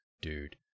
dude